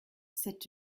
c’est